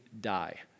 die